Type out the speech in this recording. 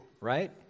right